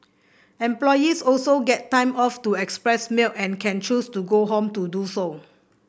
employees also get time off to express milk and can choose to go home to do so